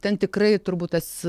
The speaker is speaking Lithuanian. ten tikrai turbūt tas